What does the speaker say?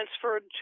transferred